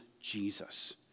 Jesus